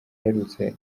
aherutse